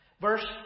Verse